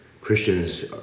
Christians